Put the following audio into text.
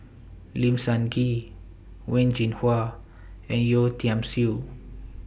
Lim Sun Gee Wen Jinhua and Yeo Tiam Siew